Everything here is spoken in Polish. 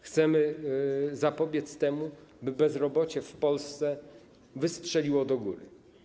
Chcemy zapobiec temu, by bezrobocie w Polsce wystrzeliło do góry.